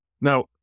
Now